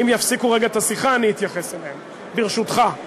אם יפסיקו רגע את השיחה אני אתייחס אליהם, ברשותך.